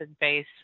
base